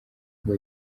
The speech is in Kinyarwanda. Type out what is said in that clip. ngo